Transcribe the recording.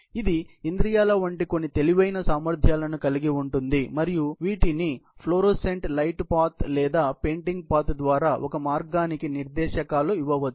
ఇది ఇంద్రియాల వంటి కొన్ని తెలివైన సామర్థ్యాలను కలిగి ఉంటుంది మరియు వీటిని ఫ్లోరోసెంట్ లైట్ పాత్ లేదా పెయింట్ పాత్ ద్వారా ఒక మార్గానికి నిర్దేశకాలు ఇవ్వవచ్చు